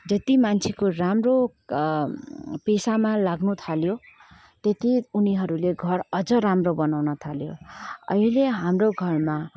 जति मान्छेको राम्रो पेसामा लाग्नु थाल्यो त्यत्ति उनीहरूले घर अझ राम्रो बनाउन थाल्यो अहिले हाम्रो घरमा